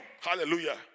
Hallelujah